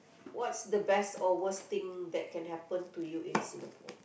what's the best or worst thing that can happen to you in Singapore